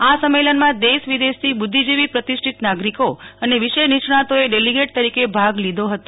આ સંમેલનમાં દેશ વિદેશથી બુપ્પિજીવી પ્રતિષ્ઠિત નાગરીકો અને વિષય નિષ્ણાંતો ડેલીગેટ તરીકે ભાગ લઇ રહયાં છે